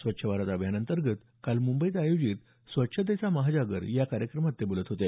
स्वच्छ भारत अभियानांतर्गत काल मुंबईत आयोजित स्वच्छतेचा महाजागर या कार्यक्रमात ते बोलत होते